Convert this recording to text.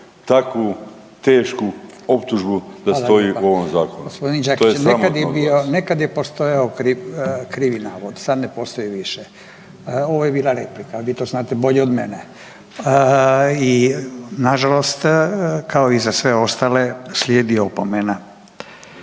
/Upadica Radin.. gospodin Đakić nekad je bio, nekad je postojao krivi navod. Sad ne postoji više. Ovo je bila replika, Vi to znate bolje od mene. Nažalost kao i za sve ostale slijedi opomena.